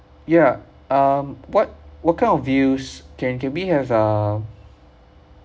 ya um what what kind of views can can we have uh